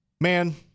Man